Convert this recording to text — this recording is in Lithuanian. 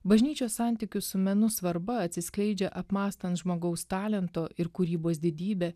bažnyčios santykių su menu svarba atsiskleidžia apmąstant žmogaus talento ir kūrybos didybę